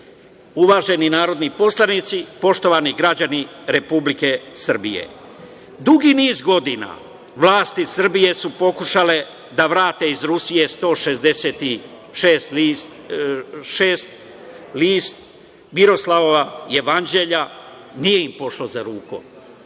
je. Uvaženi narodni poslanici, poštovani građani Republike Srbije, dugi niz godina vlasti Srbije su pokušale da vrate iz Rusije 166. list Miroslavljevog jevanđelja i nije im pošlo za rukom.